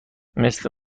مثل